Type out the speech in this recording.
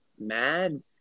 mad